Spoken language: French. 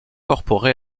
incorporée